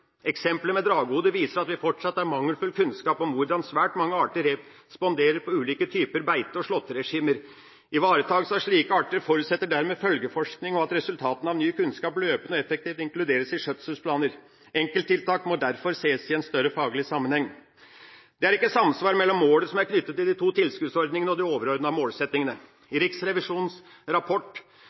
Eksemplet med dragehode viser at vi fortsatt har mangelfull kunnskap om hvordan svært mange arter responderer på ulike typer beite- og slåtteregimer. Ivaretakelse av slike arter forutsetter dermed følgeforskning og at resultatene av ny kunnskap løpende og effektivt inkluderes i skjøtselsplaner. Enkelttiltak må derfor ses i en større faglig sammenheng. Det er ikke samsvar mellom målet som er knyttet til de to tilskuddsordningene, og de overordnede målsettingene. I Riksrevisjonens rapport